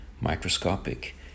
microscopic